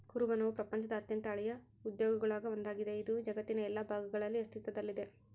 ಕುರುಬನವು ಪ್ರಪಂಚದ ಅತ್ಯಂತ ಹಳೆಯ ಉದ್ಯೋಗಗುಳಾಗ ಒಂದಾಗಿದೆ, ಇದು ಜಗತ್ತಿನ ಎಲ್ಲಾ ಭಾಗಗಳಲ್ಲಿ ಅಸ್ತಿತ್ವದಲ್ಲಿದೆ